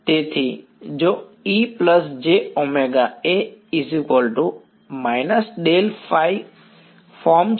તેથી જો ફોર્મ છે